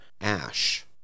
Ash